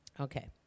okay